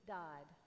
died